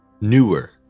newer